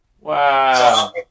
wow